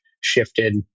shifted